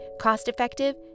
cost-effective